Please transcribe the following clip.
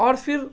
اور فر